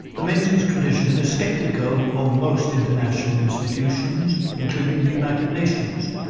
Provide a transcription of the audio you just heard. the menzies tradition is sceptical of most international institutions, including the united nations,